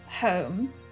home